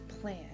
plan